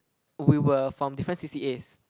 we were from different C_C_As